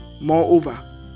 Moreover